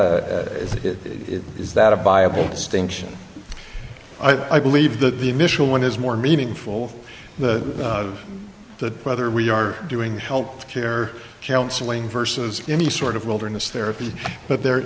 a is it is that a buyable distinction i believe that the initial one is more meaningful the the whether we are doing health care or counseling versus any sort of wilderness therapy but there